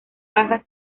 bajas